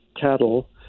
cattle